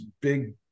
big